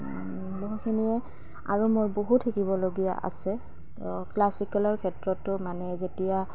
বহুখিনিয়ে আৰু মোৰ বহুত শিকিবলগীয়া আছে ক্লাছিকেলৰ ক্ষেত্ৰতো মানে যেতিয়া